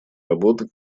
работы